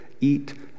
eat